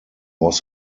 was